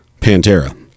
pantera